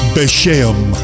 Beshem